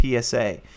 psa